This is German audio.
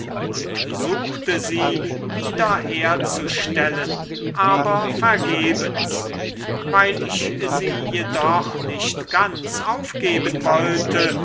und suchte sie wieder herzustellen aber vergebens weil ich sie jedoch nicht ganz aufgeben wollte